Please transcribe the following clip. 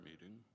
meeting